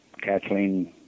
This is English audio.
Kathleen